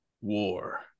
War